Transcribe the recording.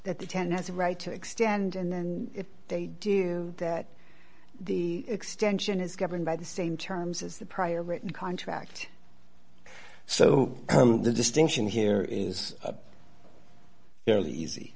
that the ten has a right to extend and then if they do that the extension is governed by the same terms as the prior written contract so the distinction here is a fairly easy